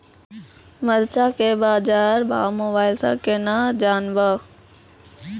मरचा के बाजार भाव मोबाइल से कैनाज जान ब?